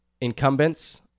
incumbents